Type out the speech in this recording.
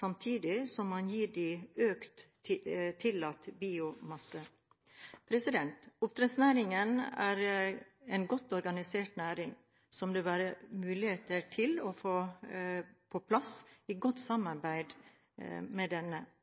samtidig som man gir dem økt tillatt biomasse. Oppdrettsnæringen er en godt organisert næring som det bør være mulig å få på plass et godt samarbeid med.